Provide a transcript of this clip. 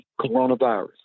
coronavirus